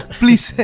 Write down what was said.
please